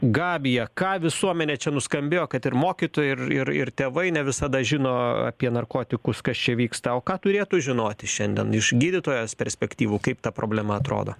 gabija ką visuomenė čia nuskambėjo kad ir mokytojai ir ir ir tėvai ne visada žino apie narkotikus kas čia vyksta o ką turėtų žinoti šiandien iš gydytojos perspektyvų kaip ta problema atrodo